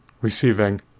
receiving